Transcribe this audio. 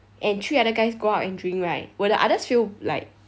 and three other guys go out and drink right will the others feel like